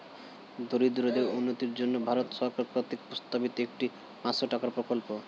দরিদ্রদের উন্নতির জন্য ভারত সরকার কর্তৃক প্রস্তাবিত একটি পাঁচশো টাকার প্রকল্প